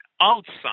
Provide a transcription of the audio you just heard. outside